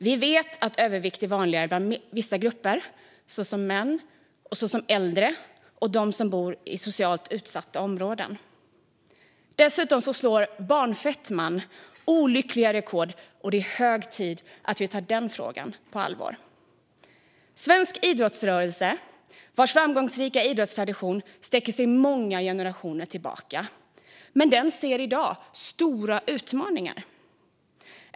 Vi vet att övervikt är vanligare bland vissa grupper såsom män, äldre och dem som bor i socialt utsatta områden. Dessutom slår barnfetman olyckliga rekord. Det är hög tid att vi tar den frågan på allvar. Svensk idrottsrörelse, vars framgångsrika idrottstradition sträcker sig många generationer tillbaka, ser i dag stora utmaningar.